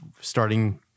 starting